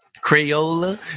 Crayola